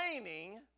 training